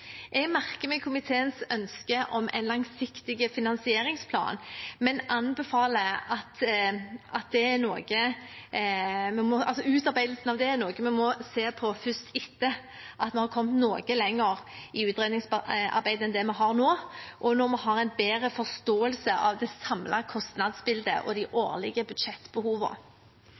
Jeg merker meg komiteens ønske om en langsiktig finansieringsplan, men anbefaler at denne utarbeides først etter at vi er kommet noe lenger i utredningsarbeidet og har en bedre forståelse av det